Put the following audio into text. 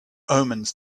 omens